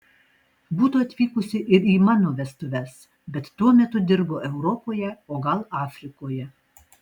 būtų atvykusi ir į mano vestuves bet tuo metu dirbo europoje o gal afrikoje